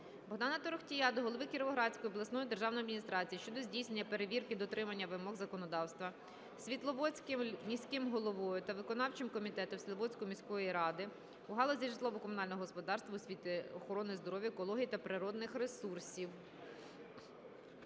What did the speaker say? Богдана Торохтія до голови Кіровоградської обласної державної адміністрації щодо здійснення перевірки дотримання вимог законодавства Світловодським міським головою та виконавчим комітетом Світловодської міської ради у галузі житлово-комунального господарства, освіти, охорони здоров'я, екології та природних ресурсів.